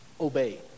obey